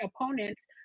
opponents